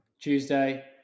Tuesday